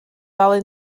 alun